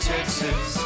Texas